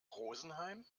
rosenheim